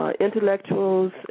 intellectuals